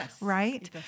right